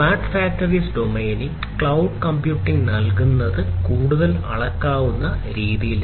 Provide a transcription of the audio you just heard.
smart factories ഡൊമെയ്നിൽ cloud computing നൽകുന്നതാണ് കൂടുതൽ അളക്കാവുന്ന രീതിയിൽ